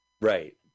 Right